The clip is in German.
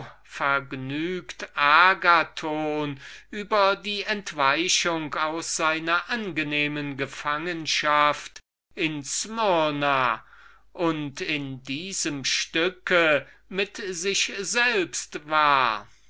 vergnügt agathon über seine entweichung aus seiner angenehmen gefangenschaft in smyrna und in diesem stücke mit sich selbst war